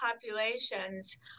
populations